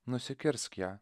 nusikirsk ją